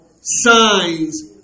signs